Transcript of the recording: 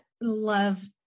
love